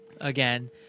again